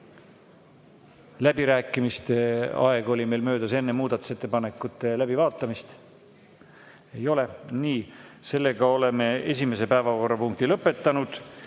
Läbirääkimiste aeg oli möödas enne muudatusettepanekute läbivaatamist. Nii, oleme esimese päevakorrapunkti lõpetanud.